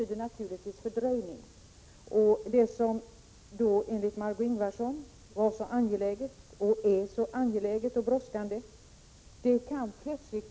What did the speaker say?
Utskottet skriver att det ekonomiska ansvaret för omvårdnaden av dessa elever vilar på primäroch landstingskommunerna.